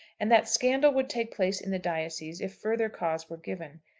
and that scandal would take place in the diocese if further cause were given.